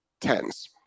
tens